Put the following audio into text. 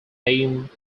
named